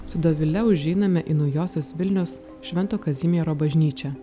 su dovile užeiname į naujosios vilnios švento kazimiero bažnyčią